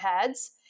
heads